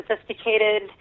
sophisticated